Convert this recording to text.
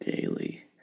Daily